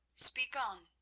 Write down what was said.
speak on,